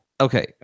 Okay